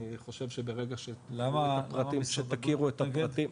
אני חושב שברגע שתכירו את הפרטים.